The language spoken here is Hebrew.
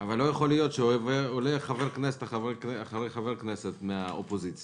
אבל לא יכול להיות שעולים חברי כנסת מן האופוזיציה